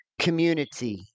community